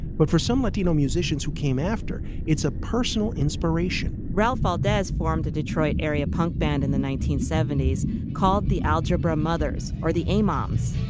but for some latino musicians who came after. it's a personal inspiration ralph valdes formed a detroit area punk band in the nineteen seventy s called the algebra mothers are the moms